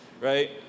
right